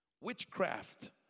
witchcraft